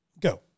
Go